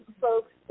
folks